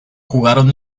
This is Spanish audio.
jugaron